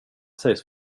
sägs